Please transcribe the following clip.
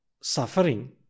suffering